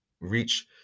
reach